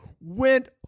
went